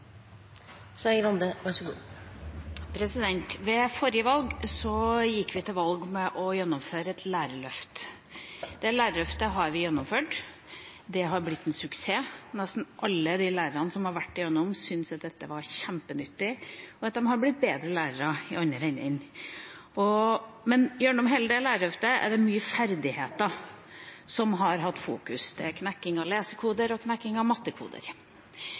Ved forrige valg gikk vi til valg på å gjennomføre et lærerløft. Det lærerløftet har vi gjennomført. Det har blitt en suksess. Nesten alle de lærerne som har vært igjennom det, syns at dette var kjempenyttig, og at de har blitt bedre lærere i den andre enden. Men gjennom hele lærerløftet er det ferdigheter som har hatt mye fokus. Det er knekking av lesekoder og knekking av mattekoder.